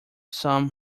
some